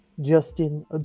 justin